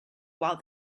while